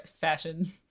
fashion